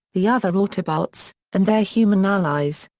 the other autobots, and their human allies.